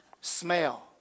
smell